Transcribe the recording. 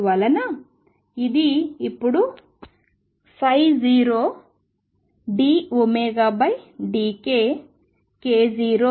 అందువలన ఇది ఇప్పుడు 0 dωdkk0t x గా ఇవ్వబడింది